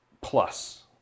plus